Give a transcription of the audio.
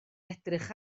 edrych